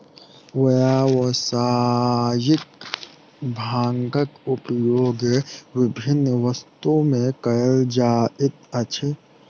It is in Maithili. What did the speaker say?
व्यावसायिक भांगक उपयोग विभिन्न वस्तु में कयल जाइत अछि